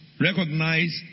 recognize